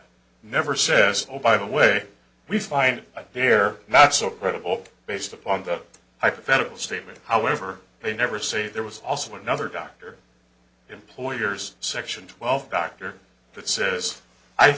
never says oh by the way we find they're not supportable based upon the hypothetical statement however they never say there was also another doctor employers section twelve doctor that says i